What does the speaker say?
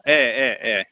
ए ए ए ए